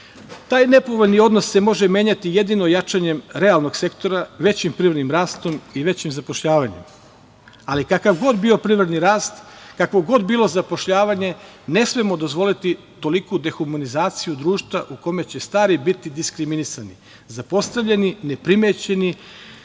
Taj nepovoljni odnos može se menjati jedino jačanjem realnog sektora većim privrednim rastom i većim zapošljavanjem, ali kakav god bio privredni rast, kakvo god bilo zapošljavanje ne smemo dozvoliti toliku dehumanizaciju društva u kome će stari biti diskriminisani, zapostavljeni, neprimećeni,